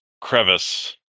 crevice